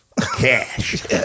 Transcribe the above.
Cash